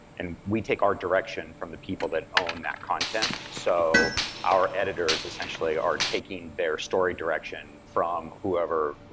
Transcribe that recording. and we take our direction from the people that own that content. so our editors essentially are taking their story direction from whoever,